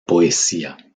poesía